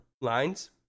lines